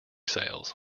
sales